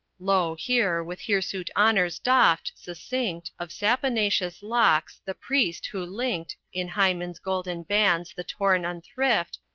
lo, here, with hirsute honors doffed, succinct of saponaceous locks, the priest who linked in hymen's golden bands the torn unthrift,